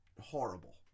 horrible